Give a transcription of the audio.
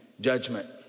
judgment